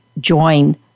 join